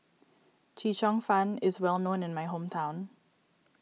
Chee Cheong Fun is well known in my hometown